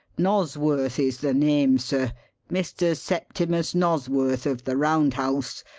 nosworth is the name, sir mr. septimus nosworth of the round house.